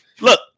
look